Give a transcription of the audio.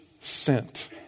sent